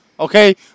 Okay